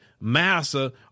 Massa